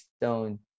stone